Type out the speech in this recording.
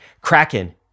Kraken